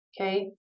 Okay